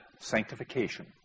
sanctification